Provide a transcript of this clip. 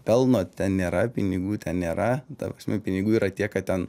pelno ten nėra pinigų ten nėra ta prasme pinigų yra tiek kad ten